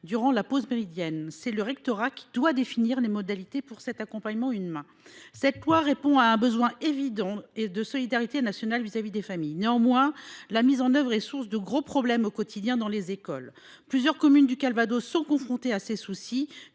durant la pause méridienne. C’est au rectorat qu’il appartient de définir les modalités de cet accompagnement humain. Cette loi répond à un besoin évident de solidarité nationale à l’égard des familles. Néanmoins, sa mise en œuvre est source de gros problèmes au quotidien dans les écoles. Plusieurs communes du Calvados sont confrontées à ces